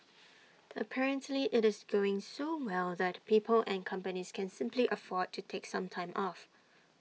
apparently IT is going so well that people and companies can simply afford to take some time off